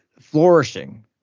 Flourishing